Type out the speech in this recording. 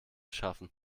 schaffen